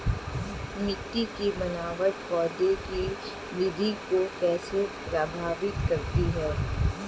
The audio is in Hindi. मिट्टी की बनावट पौधों की वृद्धि को कैसे प्रभावित करती है?